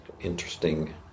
interesting